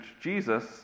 Jesus